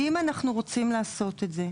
אם אנחנו רוצים לעשות את זה,